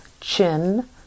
Chin